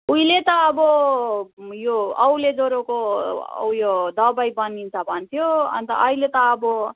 उहिले त अब यो औले ज्वरोको उयो दबाई बनिन्छ भन्थ्यो अन्त अहिले त अब